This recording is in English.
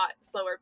slower